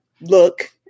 look